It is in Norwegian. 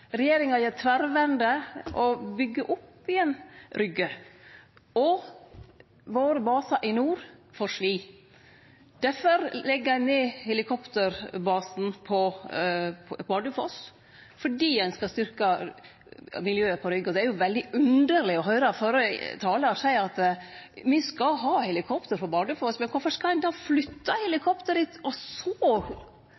Regjeringa gjer tverrvende og byggjer opp igjen Rygge, og basane våre i nord får svi. Difor legg ein ned helikopterbasen på Bardufoss – fordi ein skal styrkje miljøet på Rygge. Det er veldig underleg å høyre førre talar seie at me skal ha helikopter på Bardufoss, men kvifor skal ein då